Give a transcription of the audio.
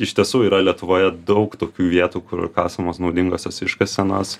iš tiesų yra lietuvoje daug tokių vietų kur kasamos naudingosios iškasenos